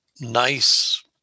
nice